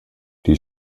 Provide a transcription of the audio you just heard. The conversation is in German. die